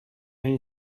این